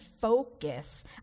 focus